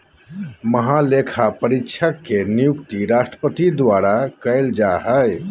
महालेखापरीक्षक के नियुक्ति राष्ट्रपति द्वारा कइल जा हइ